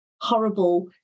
horrible